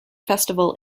festival